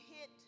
hit